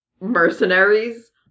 mercenaries